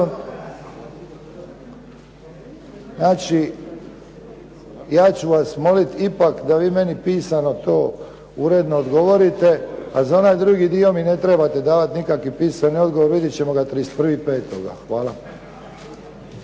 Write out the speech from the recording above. Znači, ja ću vas moliti ipak da vi meni pisano to uredno odgovorite, a za onaj drugi dio mi ne trebati davati nikakav pisani odgovor. Vidjeti ćemo ga 31.5. Hvala.